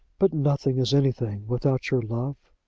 but nothing is anything without your love.